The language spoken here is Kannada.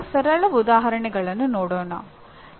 ಕೆಲವು ಸರಳ ಉದಾಹರಣೆಗಳನ್ನು ನೋಡೋಣ